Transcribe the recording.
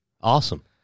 Awesome